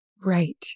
Right